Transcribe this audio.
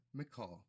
McCall